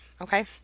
okay